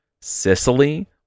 Sicily